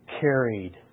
carried